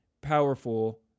powerful